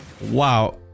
Wow